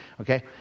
okay